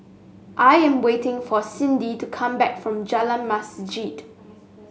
I am waiting for Sydnee to come back from Jalan Masjid